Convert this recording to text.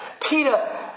Peter